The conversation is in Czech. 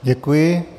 Děkuji.